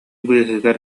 быыһыгар